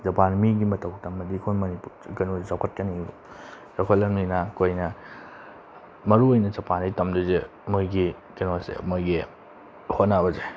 ꯖꯄꯥꯟꯒꯤ ꯃꯤꯒꯤ ꯃꯇꯧ ꯇꯝꯃꯗꯤ ꯑꯩꯈꯣꯏ ꯃꯅꯤꯄꯨꯔꯁꯨ ꯀꯩꯅꯣꯁꯨ ꯆꯥꯎꯈꯠꯀꯅꯤꯕ ꯆꯥꯎꯈꯠꯂꯕꯅꯤꯅ ꯑꯩꯈꯣꯏꯅ ꯃꯔꯨ ꯑꯣꯏꯅ ꯖꯄꯥꯟꯗꯒꯤ ꯇꯝꯗꯣꯏꯁꯦ ꯃꯣꯏꯒꯤ ꯀꯩꯅꯣꯁꯦ ꯃꯣꯏꯒꯤ ꯍꯣꯠꯅꯕꯁꯦ